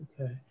Okay